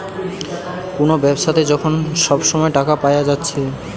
কুনো ব্যাবসাতে যখন সব সময় টাকা পায়া যাচ্ছে